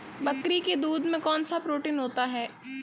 बकरी के दूध में कौनसा प्रोटीन होता है?